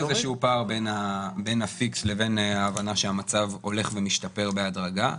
יש איזה שהוא פער בין הפיקס לבין ההבנה שהמצב הולך ומשתפר בהדרגה.